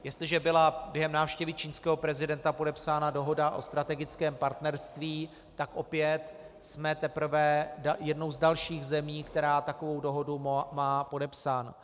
Jestliže byla během návštěvy čínského prezidenta podepsána dohoda o strategickém partnerství, tak opět jsme teprve jednou z dalších zemí, která takovou dohodu má podepsanou.